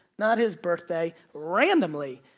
not his birthday, randomly.